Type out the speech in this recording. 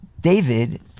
David